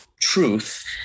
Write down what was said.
truth